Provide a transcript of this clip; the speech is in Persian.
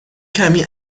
کمی